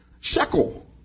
shekel